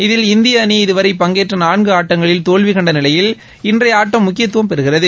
இதில் இந்திய அணி இதுவரை பங்கேற்ற நான்கு ஆட்டங்களில் தோல்வி கண்ட நிலையில் இன்றைய ஆட்டம் முக்கியத்துவம் பெறுகிறது